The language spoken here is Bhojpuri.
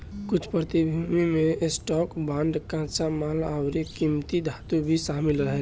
कुछ प्रतिभूति में स्टॉक, बांड, कच्चा माल अउरी किमती धातु भी शामिल रहेला